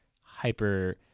hyper